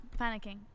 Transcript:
panicking